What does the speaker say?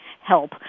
help